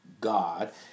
God